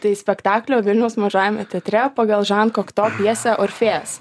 tai spektaklio vilniaus mažajame teatre pagal žan kokto pjesę orfėjas